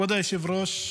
--- כבוד היושב-ראש,